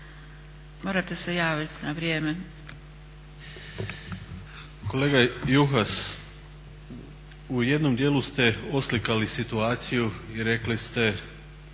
laburisti - Stranka rada)** Kolega Juhas, u jednom dijelu ste oslikali situaciju i rekli ste